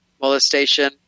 molestation